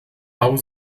aber